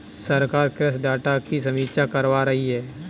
सरकार कृषि डाटा की समीक्षा करवा रही है